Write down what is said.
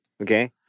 Okay